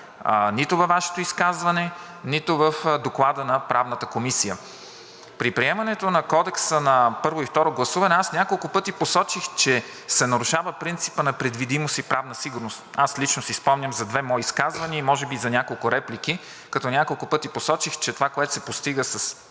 нито във вашето изказване, нито в Доклада на Правната комисия. При приемането на Кодекса на първо и второ гласуване аз няколко пъти посочих, че се нарушава принципът на предвидимост и правна сигурност. Аз лично си спомням за две мои изказвания и може би за няколко реплики, като няколко пъти посочих, че това, което се постига